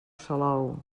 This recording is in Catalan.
salou